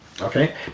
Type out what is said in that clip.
okay